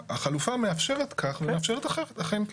החלופה מאפשרת כך ומאפשרת אחרת, אכן כן.